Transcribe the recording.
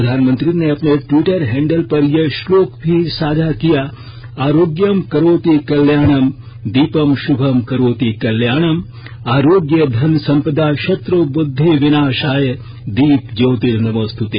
प्रधानमंत्री ने अपने ट्वीटर हैण्डल पर यह श्लोक भी साझा किया आरोग्यमं करोति कल्याणम दीपमं शुभम करोति कल्याणमं आरोग्य धन सम्पदा शत्रू बुद्धि विनाशाय दीप ज्योतिर नमोस्तुते